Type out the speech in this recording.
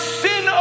sin